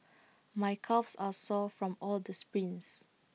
my calves are sore from all the sprints